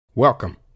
Welcome